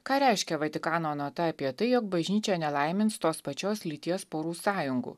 ką reiškia vatikano nota apie tai jog bažnyčia nelaimins tos pačios lyties porų sąjungų